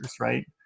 right